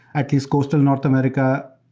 at least coastal north america,